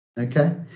Okay